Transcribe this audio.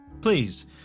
Please